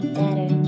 better